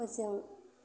फोजों